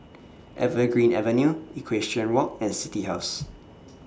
Evergreen Avenue Equestrian Walk and City House